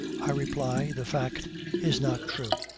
i reply, the fact is not true.